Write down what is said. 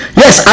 yes